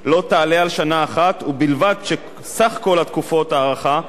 ובלבד שסך כל תקופות ההארכה לא יעלה על שלוש שנים.